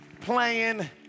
playing